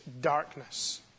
darkness